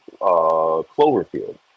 Cloverfield